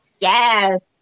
yes